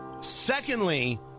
Secondly